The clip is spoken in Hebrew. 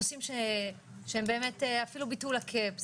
נושאים שהם באמת אפילו ביטול הקאפ,